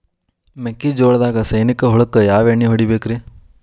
ಮೆಕ್ಕಿಜೋಳದಾಗ ಸೈನಿಕ ಹುಳಕ್ಕ ಯಾವ ಎಣ್ಣಿ ಹೊಡಿಬೇಕ್ರೇ?